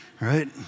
right